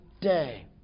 day